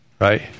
right